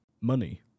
money